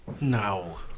No